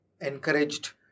encouraged